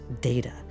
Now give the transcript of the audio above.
data